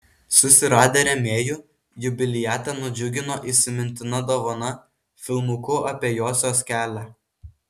susiradę rėmėjų jubiliatę nudžiugino įsimintina dovana filmuku apie josios kelią